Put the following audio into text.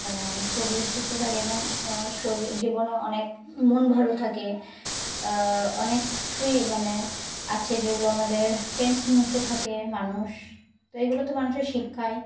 মানে শরীর সুস্থ থাকে এবং শরীর জীবনে অনেক মন ভালো থাকে অনেক কিছুই মানে আছে যেগুলো আমাদের টেনশনমুক্ত থাকে মানুষ তো এগুলো তো মানুষের শিক্ষায়